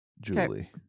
Julie